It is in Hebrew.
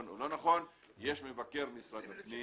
או לא נכון יש את מבקר משרד הפנים,